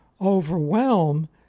overwhelm